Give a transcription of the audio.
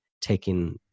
taking